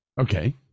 Okay